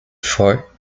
for